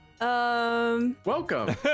Welcome